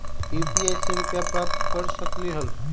UPI से रुपए प्राप्त कर सकलीहल?